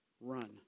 Run